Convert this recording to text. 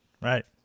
right